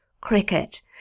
Cricket